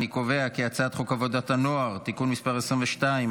אני קובע כי הצעת חוק עבודת הנוער (תיקון מס' 22),